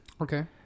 Okay